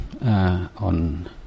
on